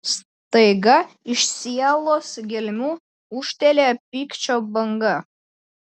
staiga iš sielos gelmių ūžtelėjo pykčio banga